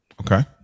Okay